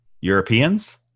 Europeans